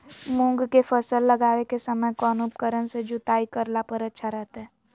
मूंग के फसल लगावे के समय कौन उपकरण से जुताई करला पर अच्छा रहतय?